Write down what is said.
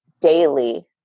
daily